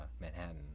Manhattan